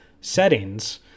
settings